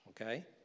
okay